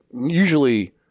usually